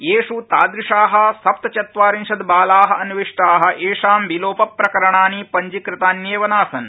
येष् तादृशा सप्तचत्वारिशत् बाला अन्विष्टा येषां विलोपप्रकरणानि पंजीकृतान्येव नासन्